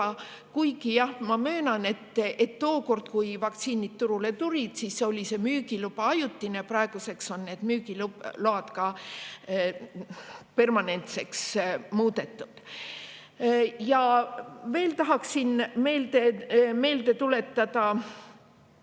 Kuigi jah, ma möönan, et tookord, kui vaktsiinid turule tulid, oli see müügiluba ajutine, praeguseks on need müügiload permanentseks muudetud. Ja veel tahaksin meelde tuletada,